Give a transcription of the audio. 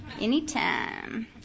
Anytime